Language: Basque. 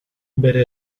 bere